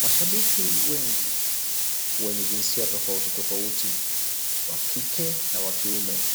Mashabiki wengi wenye jinsia tofauti tofauti wa kike na wa kiume